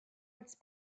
its